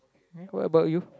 what about you